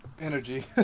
Energy